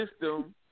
system